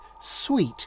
sweet